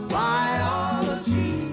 biology